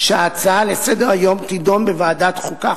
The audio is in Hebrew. שההצעה לסדר-היום תידון בוועדת החוקה,